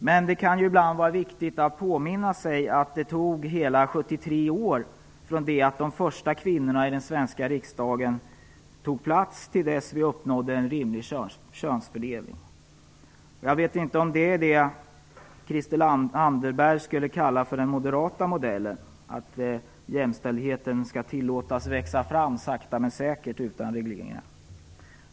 Men det kan ibland vara viktigt att påminna sig att det tog hela 73 år från det att de första kvinnorna tog plats i den svenska riksdagen till dess vi uppnådde en rimlig könsfördelning. Jag vet inte om Christel Anderberg skulle kalla detta den moderata modellen, dvs. att jämställdheten skall tillåtas att växa fram sakta men säkert utan regleringar.